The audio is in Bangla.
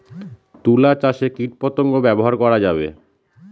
তুলা চাষে কীটপতঙ্গ ব্যবহার করা যাবে?